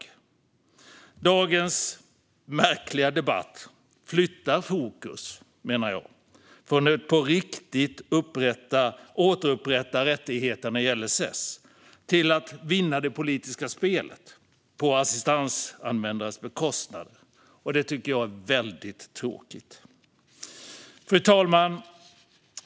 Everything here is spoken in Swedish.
Jag menar att dagens märkliga debatt flyttar fokus från att på riktigt återupprätta rättigheterna i LSS till att vinna det politiska spelet på assistansanvändarnas bekostnad. Det tycker jag är väldigt tråkigt. Fru talman!